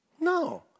No